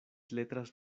letras